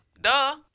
Duh